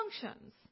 functions